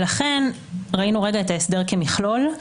לכן ראינו את ההסדר כמכלול.